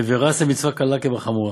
הווי רץ למצווה קלה כבחמורה